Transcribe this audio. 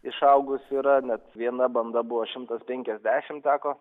išaugus yra net viena banda buvo šimtas penkiasdešimt teko